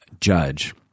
judge